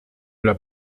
l’as